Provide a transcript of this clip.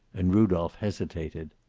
and rudolph hesitated.